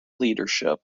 leadership